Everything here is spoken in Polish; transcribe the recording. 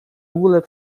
ogóle